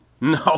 No